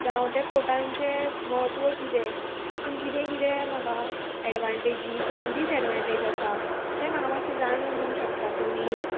जावं ते कोटांचे म्हत्व कितें तितून किदेंय कितें म्हाका एडवान्टेजीस जावं डिसएडवान्टेज आसा तें म्हाका मातशें जाणून दिवंक शकता तुमी